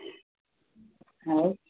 ଆଉ